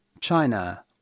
China